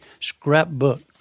scrapbook